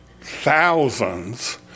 thousands